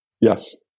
Yes